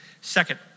Second